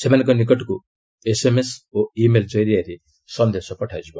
ସେମାନଙ୍କ ନିକଟକୁ ଏସ୍ଏମ୍ଏସ୍ ଓ ଇ ମେଲ୍ ଜରିଆରେ ସନ୍ଦେଶ ପଠାଯିବ